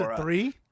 three